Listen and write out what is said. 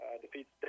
defeats